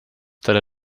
talle